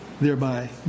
thereby